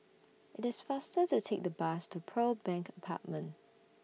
IT IS faster to Take The Bus to Pearl Bank Apartment